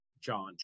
john